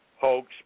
hoax